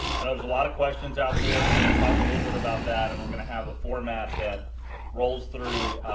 i know there's a lot of questions out there. we're going to talk a little bit about that, and we're going to have a format that rolls through.